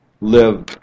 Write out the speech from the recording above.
live